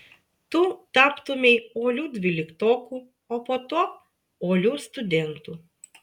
tu taptumei uoliu dvyliktoku o po to uoliu studentu